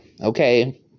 Okay